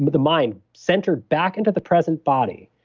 the mind centered back into the present body.